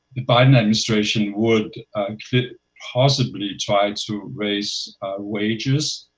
the biden administration would could possibly try to raise wages,